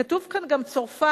כתוב כאן גם צרפת,